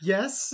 Yes